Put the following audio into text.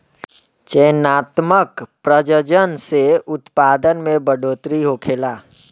चयनात्मक प्रजनन से उत्पादन में बढ़ोतरी होखेला